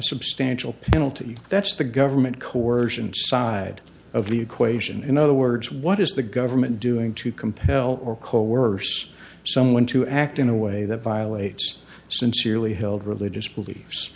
substantial penalty that's the government coersion side of the equation in other words what is the government doing to compel or cole worse someone to act in a way that violates sincerely held religious beliefs